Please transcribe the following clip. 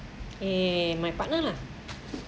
eh my partner lah